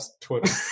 Twitter